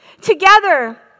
Together